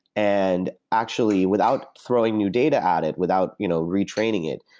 and actually without throwing new data at it, without you know retraining it,